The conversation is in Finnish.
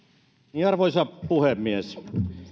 arvoisa puhemies